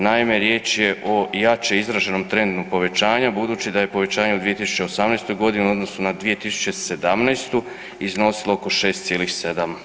Naime, riječ je o jače izraženom trendu povećanja budući da je povećanje u 2018. g. u odnosu na 2017. iznosilo oko 6,7%